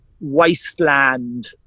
wasteland